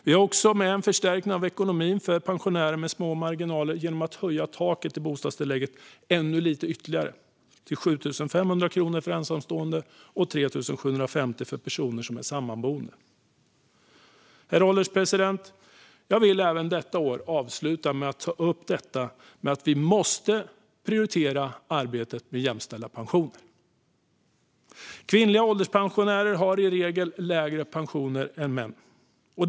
Vi har också med en förstärkning av ekonomin för pensionärer med små marginaler genom en ytterligare höjning av taket för bostadstillägget, till 7 500 kronor för ensamstående och 3 750 kronor för personer som är sammanboende. Herr ålderspresident! Jag vill även detta år avsluta med att ta upp att vi måste prioritera arbetet med jämställda pensioner. Kvinnliga ålderspensionärer har i regel lägre pensioner än männen.